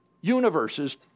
universes